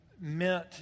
meant